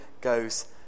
goes